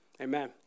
Amen